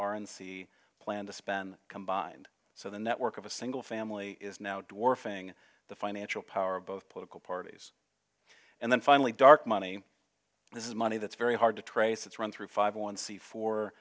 c plan to spend combined so the network of a single family is now two or facing the financial power of both political parties and then finally dark money this is money that's very hard to trace it's run through five one c fo